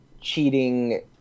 cheating